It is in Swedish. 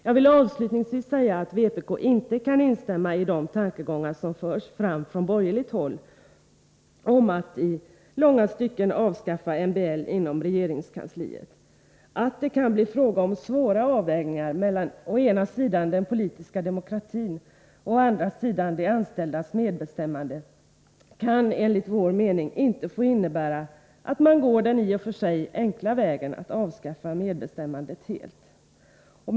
Jag vill avslutningsvis säga att vpk inte kan instämma i de tankegångar som förs fram från borgerligt håll om att man i långa stycken skall avskaffa MBL inom regeringskansliet. Att det kan bli fråga om svåra avvägningar mellan å ena sidan den politiska demokratin och å andra sidan de anställdas medbestämmande kan enligt vår mening inte få innebära att man går den i och för sig enkla vägen att avskaffa medbestämmandet helt. Herr talman!